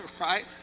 right